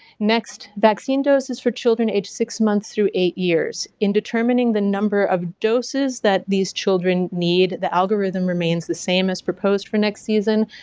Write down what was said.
next, vaccine doses for children aged six months through eight years. in determining the number of doses that these children need, the algorithm remains the same as proposed for next season.